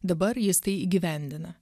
dabar jis tai įgyvendina